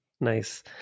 nice